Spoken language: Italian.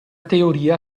teoria